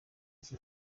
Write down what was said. iki